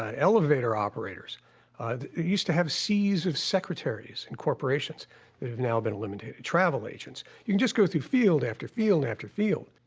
ah elevator operators? you used to have seas of secretaries in corporations that have now been eliminated travel agents. you can just go through field after field after field.